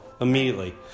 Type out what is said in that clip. immediately